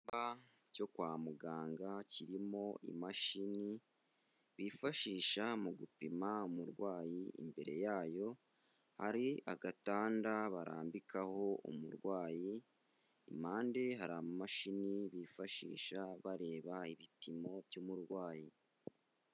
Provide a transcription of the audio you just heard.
icyumba cyo kwa muganga kirimo imashini bifashisha mu gupima umurwayi, imbere yayo hari agatanda barambikaho umurwayi, impande hari imashini bifashisha bareba ibipimo by'umurwayi.